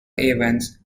evans